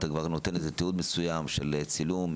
אתה נותן איזה שהוא תיעוד מסוים של צילום,